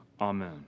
Amen